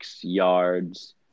yards